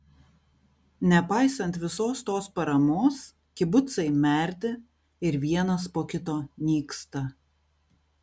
nepaisant visos tos paramos kibucai merdi ir vienas po kito nyksta